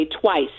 twice